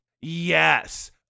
Yes